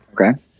Okay